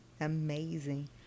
amazing